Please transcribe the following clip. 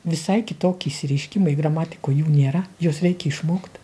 visai kitoki išsireiškimai gramatikoj jų nėra juos reikia išmokt